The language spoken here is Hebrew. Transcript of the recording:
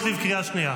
קריאה שנייה.